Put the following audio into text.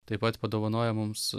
taip pat padovanojo mums